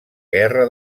guerra